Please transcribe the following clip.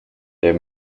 their